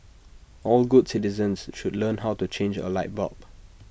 all good citizens should learn how to change A light bulb